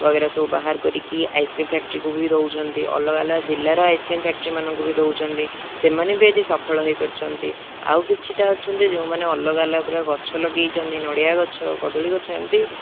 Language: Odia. ବଗେରା ସବୁ ବାହାର କରିକି ଆଇସ୍କ୍ରିମ୍ ଫ୍ୟାକ୍ଟ୍ରିକୁ ବି ଦେଉଛନ୍ତି ଅଲଗା ଅଲଗା ଜିଲ୍ଲାର ଆଇସ୍କ୍ରିମ୍ ଫ୍ୟାକ୍ଟ୍ରିମାନଙ୍କୁ ବି ଦେଉଛନ୍ତି ସେମାନେ ବି ଆଜି ସଫଳ ହେଇପାରୁଛନ୍ତି ଆଉ କିଛିଟା ଅଛନ୍ତି ଯେଉଁମାନେ ଅଲଗା ଅଲଗା ପ୍ରକାର ଗଛ ଲଗେଇଛନ୍ତି ନଡ଼ିଆ ଗଛ କଦଳୀ ଗଛ ଏମିତି